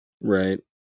Right